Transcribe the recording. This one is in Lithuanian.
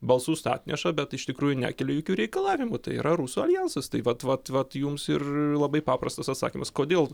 balsus atneša bet iš tikrųjų nekelia jokių reikalavimų tai yra rusų aljansas tai vat vat vat jums ir labai paprastas atsakymas kodėl